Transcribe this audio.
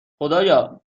خدایا